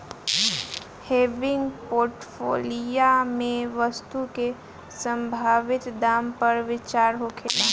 हेविंग portfolio में वस्तु के संभावित दाम पर विचार होला